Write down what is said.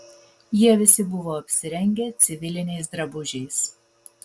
jie visi buvo apsirengę civiliniais drabužiais